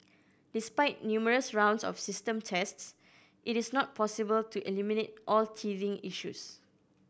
despite numerous rounds of system tests it is not possible to eliminate all teething issues